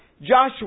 Joshua